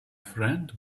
friend